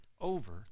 over